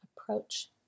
approach